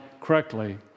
correctly